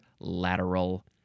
lateral